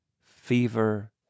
fever